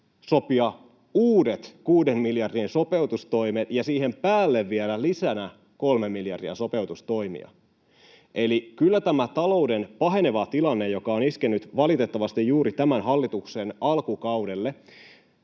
sopia uudet kuuden miljardin sopeutustoimet ja siihen päälle vielä lisänä kolme miljardia sopeutustoimia. Eli kyllä tämä talouden paheneva tilanne, joka on iskenyt valitettavasti juuri tämän hallituksen alkukaudelle,